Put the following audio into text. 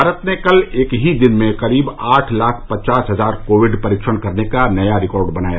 भारत ने कल एक ही दिन में करीब आठ लाख पचास हजार कोविड परीक्षण करने का नया रिकार्ड बनाया